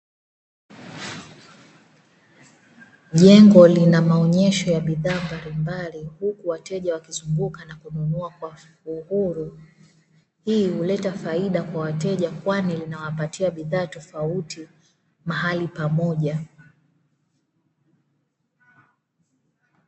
Jengo lina maonyesho ya bidhaa mbalimbali huku wateja wakizunguka na kununua kwa uhuru, hii huleta faida kwa wateja kwani linawapatia bidhaa tofauti mahali pamoja.